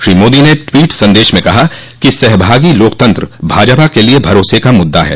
श्री मोदी ने ट्वीट संदेश में कहा कि सहभागी लोकतंत्र भाजपा के लिए भरोसे का मुद्दा है